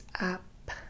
up